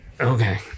okay